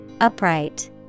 Upright